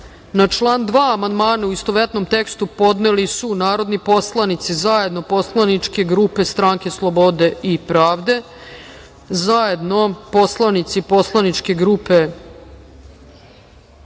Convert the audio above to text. član 2. amandmane, u istovetnom tekstu, podneli su narodni poslanici zajedno poslaničke grupe Stranke slobode i pravde, zajedno poslaničke grupe